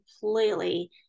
completely